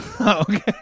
Okay